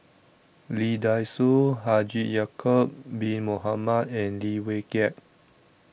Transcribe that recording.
Lee Dai Soh Haji Ya'Acob Bin Mohamed and Lim Wee Kiak